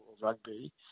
rugby